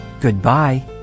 Goodbye